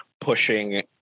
pushing